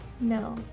No